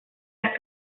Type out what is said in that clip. las